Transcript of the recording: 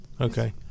Okay